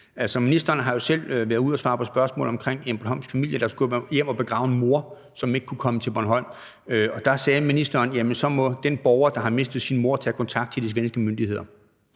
Ministeren har jo selv været ude at svare på spørgsmål omkring en bornholmsk familie, der skulle hjem og begrave en mor, og som ikke kunne komme til Bornholm. Der sagde ministeren, at så må den borger, der har mistet sin mor, tage kontakt til de svenske myndigheder.